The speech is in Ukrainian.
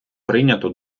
прийнято